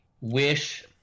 wish